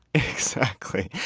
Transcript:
exactly!